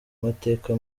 mateka